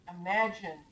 imagine